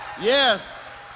Yes